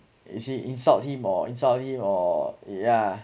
is he insult him or insult him or yeah